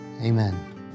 Amen